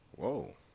Whoa